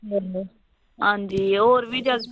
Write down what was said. आं जी होर बी